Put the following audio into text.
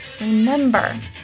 remember